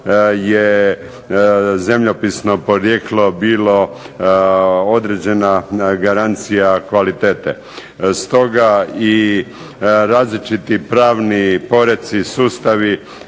je zemljopisno porijeklo bilo određena garancija kvalitete. Stoga i različiti pravni poreci, sustavi